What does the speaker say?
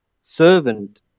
servant